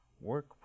work